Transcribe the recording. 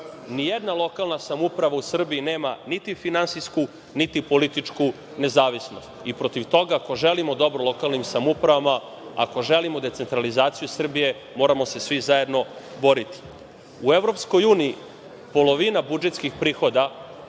Ni jedna lokalna samouprava u Srbiji nema ni finansijsku, ni političku nezavisnost i protiv toga, ako želimo dobro lokalnim samoupravama, ako želimo decentralizaciju Srbije, moramo se svi zajedno boriti.U EU polovina budžetskih prihoda